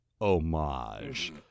homage